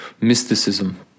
mysticism